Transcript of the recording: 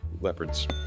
leopards